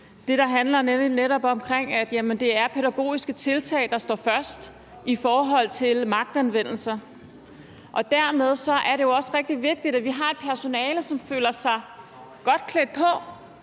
netop handler om, at det er pædagogiske tiltag, der står først i forhold til magtanvendelse. Dermed er det også rigtig vigtigt, at vi har et personale, som føler sig godt klædt på